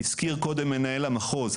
הזכיר קודם מנהל המחוז,